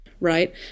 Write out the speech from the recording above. right